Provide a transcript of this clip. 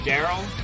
Daryl